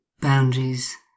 Boundaries